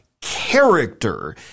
character